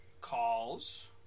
calls